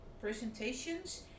presentations